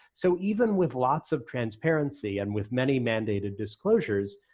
so even with lots of transparency and with many mandated disclosures,